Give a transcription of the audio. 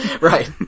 Right